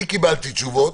אני קיבלתי תשובות,